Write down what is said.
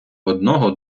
одного